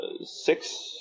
six